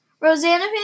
Rosanna